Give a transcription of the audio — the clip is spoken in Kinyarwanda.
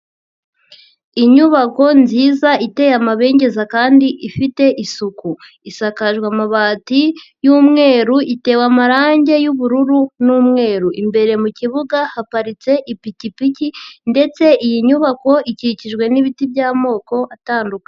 Inyubako nziza iteye amabengeza kandi ifite isuku, isakaje amabati y'umweru, itewe amarangi y'ubururu n'umweru, imbere mu kibuga haparitse ipikipiki ndetse iyi nyubako ikikijwe n'ibiti by'amoko atandukanye.